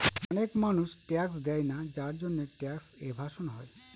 অনেক মানুষ ট্যাক্স দেয়না যার জন্যে ট্যাক্স এভাসন হয়